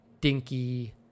dinky